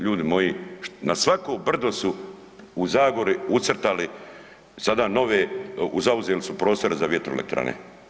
Ljudi moji, na svako brdo su u zagori ucrtali sada nove, zauzeli su prostore za vjetroelektrane.